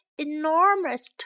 Enormous